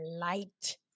light